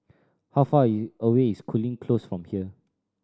how far away is Cooling Close from here